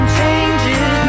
changes